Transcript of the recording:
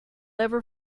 ever